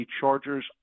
chargers